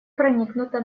проникнута